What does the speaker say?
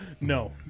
No